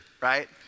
right